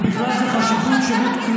לא מבין.